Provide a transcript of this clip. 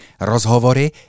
rozhovory